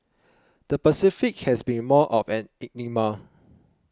the Pacific has been more of an enigma